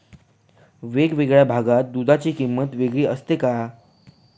वेगवेगळ्या भागात दूधाची किंमत वेगळी असते का?